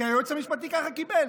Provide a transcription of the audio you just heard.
כי היועץ המשפטי ככה קיבל,